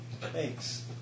Thanks